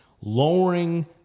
lowering